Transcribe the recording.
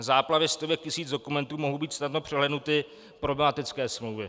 V záplavě stovek tisíc dokumentů mohou být snadno přehlédnuty problematické smlouvy.